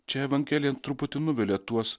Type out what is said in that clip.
čia evangelija truputį nuvilia tuos